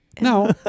No